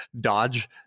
dodge